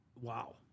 Wow